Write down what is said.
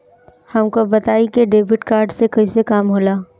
हमका बताई कि डेबिट कार्ड से कईसे काम होला?